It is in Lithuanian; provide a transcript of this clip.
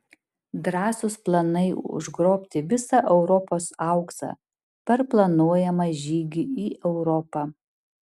drąsūs planai užgrobti visą europos auksą per planuojamą žygį į europą